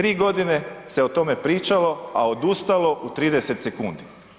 3 godine se o tome pričalo, a odustalo u 30 sekundi.